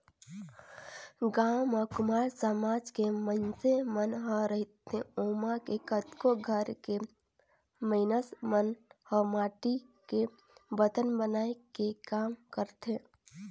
गाँव म कुम्हार समाज के मइनसे मन ह रहिथे ओमा के कतको घर के मइनस मन ह माटी के बरतन बनाए के काम करथे